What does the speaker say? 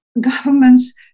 governments